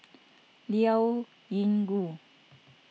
Liao Yingru